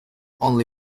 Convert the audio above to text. only